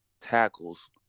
tackles